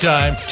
Time